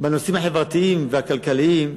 בנושאים החברתיים והכלכליים,